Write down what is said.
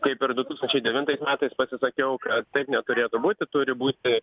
kaip ir du tūkstančiai devintais metais pasisakiau kad taip neturėtų būti turi būti